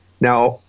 Now